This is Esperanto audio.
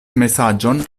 mesaĝon